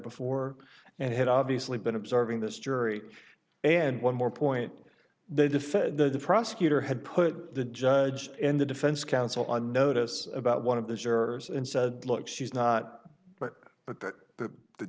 before and had obviously been observing this jury and one more point they defend the prosecutor had put the judge and the defense counsel on notice about one of the jurors and said look she's not but that th